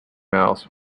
mouse